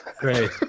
great